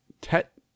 Tet